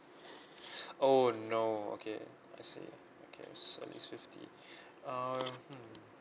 oh no okay I see fifty um